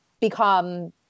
become